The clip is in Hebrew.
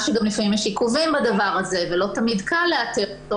שלפעמים גם יש עיכובים בדבר הזה ולא תמיד קל לאתר אותו